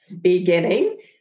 beginning